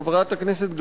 חברת הכנסת גלאון,